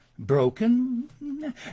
broken